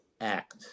act